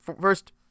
first